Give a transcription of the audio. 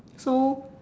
so